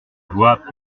vois